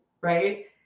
right